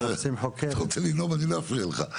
אתה רוצה לנאום אני לא אפריע לך,